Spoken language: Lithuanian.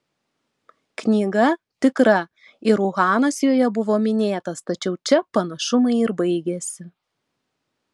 knyga tikra ir uhanas joje buvo minėtas tačiau čia panašumai ir baigiasi